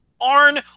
Arn